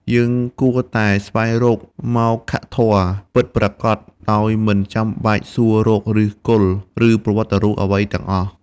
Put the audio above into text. យើងគួរតែស្វែងរកមោក្ខធម៌ពិតប្រាកដ ដោយមិនចាំបាច់សួររកឫសគល់ ឬប្រវត្តិរូបអ្វីទាំងអស់។